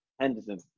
Henderson